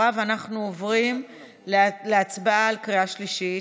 ואנחנו עוברים להצבעה בקריאה שלישית,